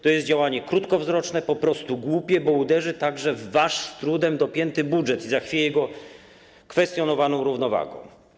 To jest działanie krótkowzroczne, po prostu głupie, bo uderzy także w wasz z trudem dopięty budżet i zachwieje jego kwestionowaną równowagą.